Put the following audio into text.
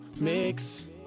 mix